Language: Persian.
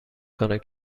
کنم